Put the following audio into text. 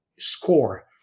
score